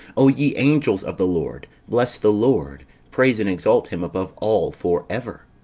o ye angels of the lord, bless the lord praise and exalt him above all for ever.